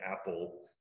apple